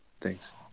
Thanks